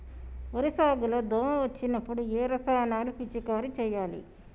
వరి సాగు లో దోమ వచ్చినప్పుడు ఏ రసాయనాలు పిచికారీ చేయాలి?